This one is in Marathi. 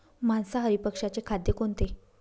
मांसाहारी पक्ष्याचे खाद्य कोणते?